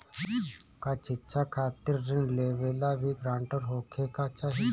का शिक्षा खातिर ऋण लेवेला भी ग्रानटर होखे के चाही?